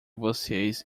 vocês